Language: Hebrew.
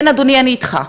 כן אדוני, אני איתך.